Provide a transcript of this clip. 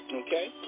okay